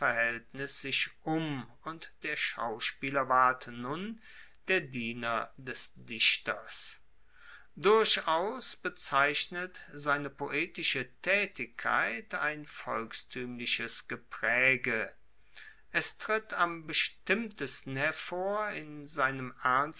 sich um und der schauspieler ward nun der diener des dichters durchaus bezeichnet seine poetische taetigkeit ein volkstuemliches gepraege es tritt am bestimmtesten hervor in seinem